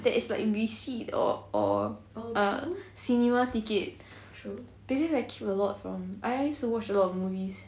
that is like receipt or or a cinema ticket because I keep a lot from I used to watch a lot of movies